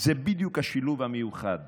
זה בדיוק השילוב המיוחד